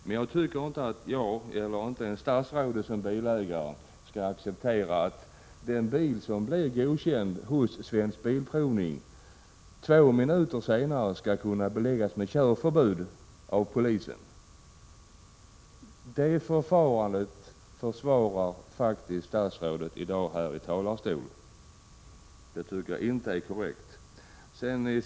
Men jag tycker inte att jag eller ens statsrådet som bilägare skall acceptera att den bil som blir godkänd hos Svensk Bilprovning två minuter senare skall kunna beläggas med körförbud av polisen. Det förfarandet försvarar faktiskt statsrådet i dag här i talarstolen. Det tycker jag inte är korrekt.